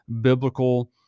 biblical